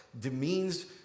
demeans